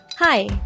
Hi